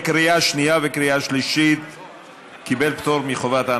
לקריאה שנייה וקריאה שלישית.